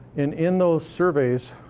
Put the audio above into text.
in in those surveys,